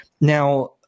Now